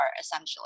essentially